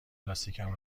لاستیکم